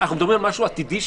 אנחנו מדברים על משהו עתידי?